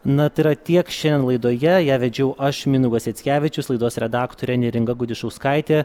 na tia yra tiek šiandien laidoje ją vedžiau aš mindaugas jackevičius laidos redaktorė neringa gudišauskaitė